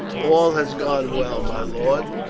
all has gone well, my lord,